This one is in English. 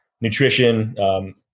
nutrition –